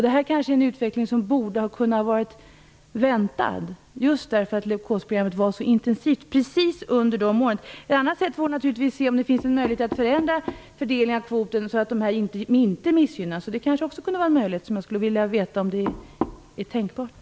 Det här är en utveckling som borde ha varit väntad, eftersom leukosprogrammet var så intensivt just under de här åren. Ett annat sätt är att se om det finns någon möjlighet att förändra fördelningen av kvoten så att de här bönderna inte missgynnas. Det kanske också är möjligt. Jag vill veta om det är tänkbart.